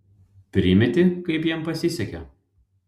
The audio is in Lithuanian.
primeti kaip jam pasisekė